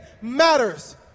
matters